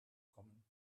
kommen